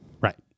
right